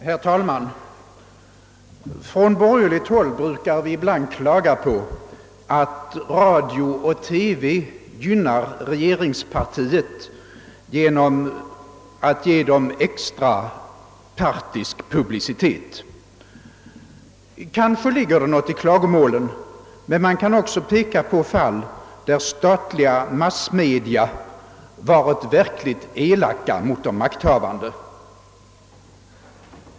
Herr talman! Från borgerligt håll brukar vi ibland klaga på att radio och TV gynnar regeringspartiet genom att ge det partisk publicitet. Kanske det ligger något i dessa klagomål, men man kan också peka på fall där statliga massmedia varit verkligt elaka mot de makthavande.